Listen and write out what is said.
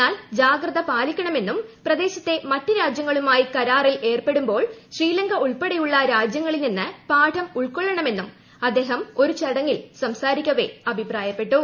എന്നാൽ ജാഗ്രത പാലിക്കണമെന്നും പ്രദേശത്തെ മറ്റു രാജ്യങ്ങളുമായി കരാറിലേർപ്പെടുമ്പോൾ ശ്രീലങ്ക ഉൾപ്പെടെയുള്ള രാജ്യങ്ങളിൽനിന്ന് പാഠം ഉൾക്കൊള്ളണമെന്നും അദ്ദേഹം ഒരു ചടങ്ങിൽ സംസാരിക്കവേ അഭിപ്രായപ്പെട്ടു